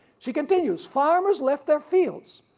she continues. farmers left their fields,